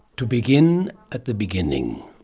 to begin at the beginning.